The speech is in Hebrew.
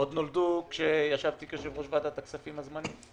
עוד נולדו כשישבתי כיושב-ראש ועדת הכספים הזמנית.